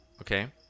okay